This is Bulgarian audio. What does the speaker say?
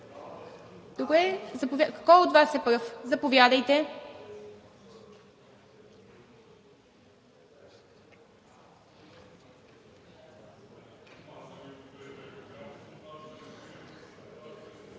Добре. Кой от Вас е пръв? Заповядайте.